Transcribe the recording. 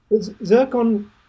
zircon